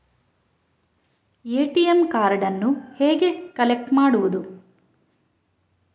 ATM ಕಾರ್ಡನ್ನು ಹೇಗೆ collect ಮಾಡುವುದು?